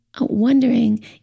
wondering